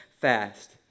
fast